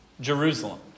Jerusalem